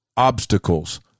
obstacles